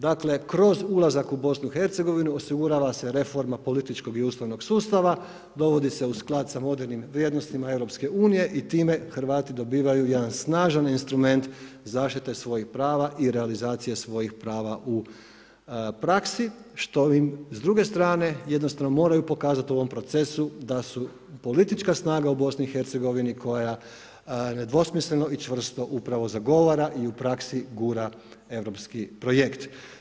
Dakle kroz ulazak u BiH osigurava se reforma političkog i ustavnog sustava, dovodi se u sklad sa modernim vrijednostima EU i time Hrvati dobivaju jedan snažan instrument zaštite svojih prava i realizacije svojih prava u praksi, što im s druge strane jednostavno moraju pokazat u ovom procesu da su politička snaga u BiH koja nedvosmisleno i čvrsto upravo zagovara i u praksi gura europski projekt.